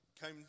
came